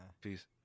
Peace